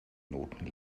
noten